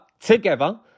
together